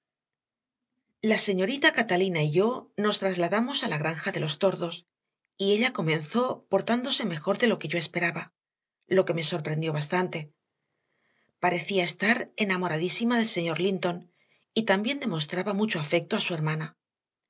la señorita catalina y yo nos trasladamos a la granja de los tordos y ella comenzó portándose mejor de lo que yo esperaba lo que me sorprendió bastante parecía estar enamoradísima del señor linton y también demostraba mucho afecto a su hermana